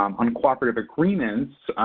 um on cooperative agreements,